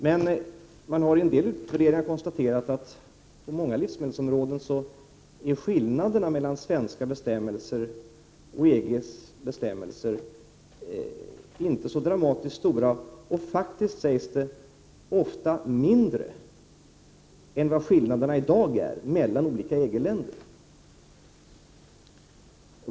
Man har emellertid i utredningar konstaterat att på många livsmedelsområden är skillnaderna mellan svenska bestämmelser och EG:s bestämmelser inte så dramatiskt stora utan, sägs det, faktiskt ofta mindre än vad skillnaderna i dag är mellan olika EG-länders bestämmelser.